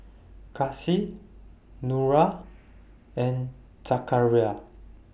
Kasih Nura and Zakaria